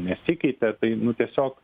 nesikeitė tai nu tiesiog